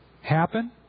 happen